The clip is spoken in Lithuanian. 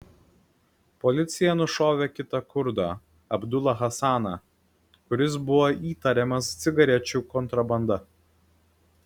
policija nušovė kitą kurdą abdulą hasaną kuris buvo įtariamas cigarečių kontrabanda